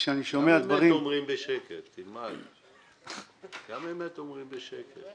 כשאני שומע דברים --- תלמד שגם אמת אומרים בשקט.